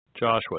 Joshua